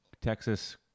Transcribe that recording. Texas